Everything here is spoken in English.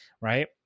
right